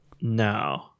No